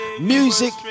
music